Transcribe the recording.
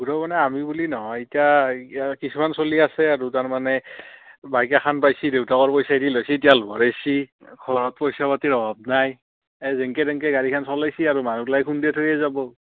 সেইটো মানে আমি বুলি নহয় এতিয়া কিছুমান চলি আছে আৰু তাৰমানে বাইক এখন পাইছে দেউতাকৰ পইচায়েদি লৈছে তেল ভৰাইছে পইচা পাতিৰ অভাৱ নাই যেনেকৈ তেনেকৈ গাড়ীখন চলাইছে আৰু মানুহগিলা খুন্দিয়াই থৈয়ে যাব